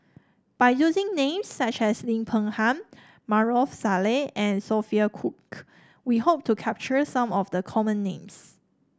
by using names such as Lim Peng Han Maarof Salleh and Sophia Cooke we hope to capture some of the common names